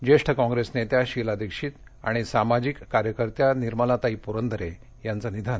ज्येष्ठ काँग्रेस नेत्या शिला दीक्षित आणि सामाजिक कार्यकर्त्या निर्मलाताई प्रंदरे यांचं निधन